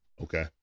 okay